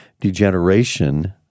degeneration